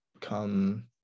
come